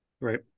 Right